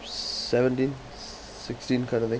seventeen sixteen kind of thing